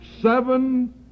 seven